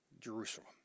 Jerusalem